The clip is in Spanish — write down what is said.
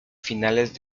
finales